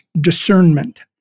Discernment